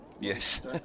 Yes